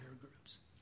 groups